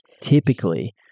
typically